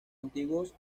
antiguos